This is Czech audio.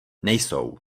nejsou